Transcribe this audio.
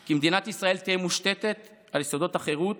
כי מדינת ישראל תהיה מושתת על יסודות החירות,